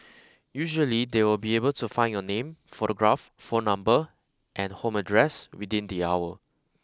usually they will be able to find your name photograph phone number and home address within the hour